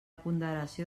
ponderació